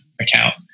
account